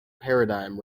paradigm